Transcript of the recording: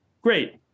Great